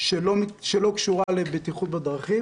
שלא קשורה לבטיחות בדרכים,